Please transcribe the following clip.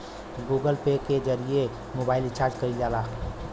Google Pay के जरिए mobile recharge करल जाला